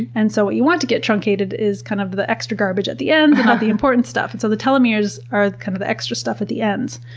and so what you want to get truncated is, kind of, the extra garbage at the end but not the important stuff. and so the telomeres are, kind of, the extra stuff at the end.